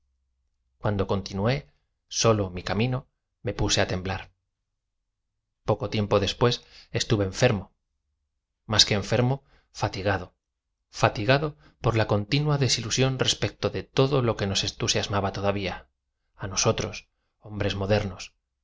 cuando continué solo mi camino me puse temblar poco tiempo después es tuye enfermo máa que enfermo fatigado fatigado por la continua desilusión respecto de todo lo que nos entusiasmaba todavía á dosotroa hombres moder